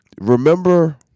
Remember